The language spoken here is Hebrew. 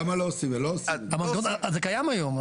זה קיים היום.